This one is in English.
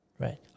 Right